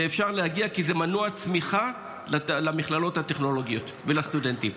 ואפשר להגיע למכללות הטכנולוגיות לסטודנטים,